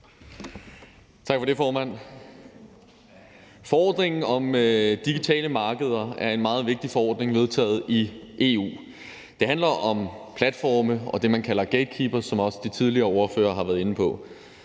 Tak for det, formand. Forordningen om digitale markeder er en meget vigtig forordning vedtaget i EU. Det handler om platforme og det, man kalder gatekeepere, som også de tidligere ordførere har været inde på.